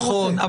נכון,